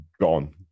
gone